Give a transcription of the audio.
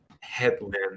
headland